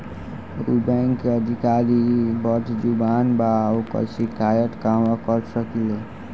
उ बैंक के अधिकारी बद्जुबान बा ओकर शिकायत कहवाँ कर सकी ले